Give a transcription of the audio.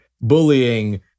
bullying